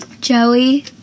Joey